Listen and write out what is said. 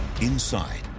Inside